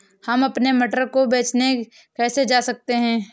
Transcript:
हम अपने मटर को बेचने कैसे जा सकते हैं?